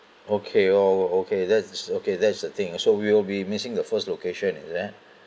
okay oh okay that's okay that's the thing so we'll be missing the first location is that